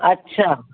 अच्छा